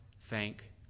thank